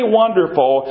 wonderful